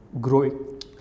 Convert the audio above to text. Growing